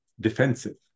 defensive